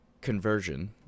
conversion